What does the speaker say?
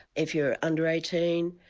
if you're under eighteen,